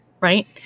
right